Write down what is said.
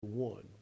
one